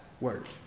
word